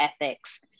ethics